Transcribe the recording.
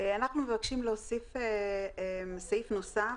אנחנו מבקשים סעיף נוסף,